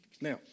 Now